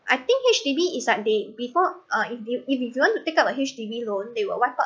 I think H_D_B is like they before uh if they if you don't want to pick out H_D_B loan they will wipe out